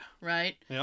right